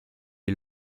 est